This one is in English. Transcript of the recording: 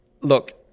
look